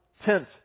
tent